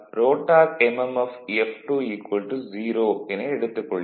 F F2 0 என எடுத்துக் கொள்கிறோம்